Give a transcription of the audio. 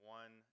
one